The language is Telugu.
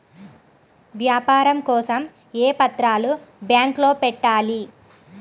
వ్యాపారం కోసం ఏ పత్రాలు బ్యాంక్లో పెట్టాలి?